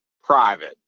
private